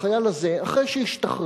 החייל הזה, אחרי שהשתחרר,